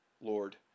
Lord